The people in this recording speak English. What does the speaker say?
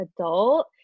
adult